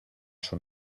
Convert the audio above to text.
schon